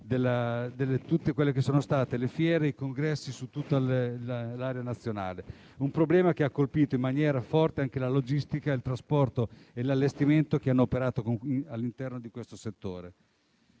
dal rinvio delle fiere e dei congressi su tutta l'area nazionale. Si tratta di un problema che ha colpito in maniera forte anche la logistica, il trasporto e l'allestimento, che hanno operato all'interno di questo settore.